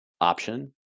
option